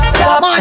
Stop